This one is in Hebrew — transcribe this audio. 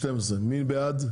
הסתייגויות 13-21. מי בעד?